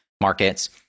markets